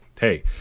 hey